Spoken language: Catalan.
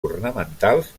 ornamentals